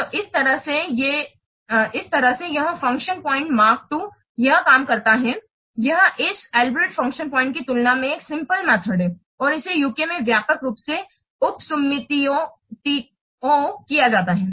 तो इस तरह से यह फंक्शन पॉइंट मार्क II यह काम करता है यह इस अल्ब्रेक्ट फंक्शन पॉइंट की तुलना में एक सिंपल मेथड है और इसे UK में व्यापक रूप से उपसुम्मातिओं किया जाता है